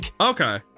Okay